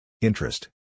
Interest